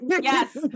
yes